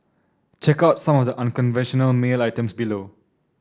check out some of the unconventional mail items below